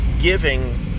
giving